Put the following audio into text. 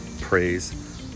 Praise